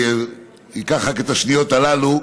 אני אקח רק את השניות הללו.